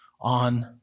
on